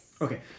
Okay